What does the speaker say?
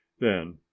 Then